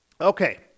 Okay